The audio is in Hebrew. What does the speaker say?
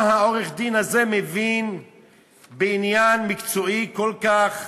מה העורך-דין הזה מבין בעניין מקצועי כל כך,